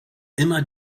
immer